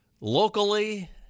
locally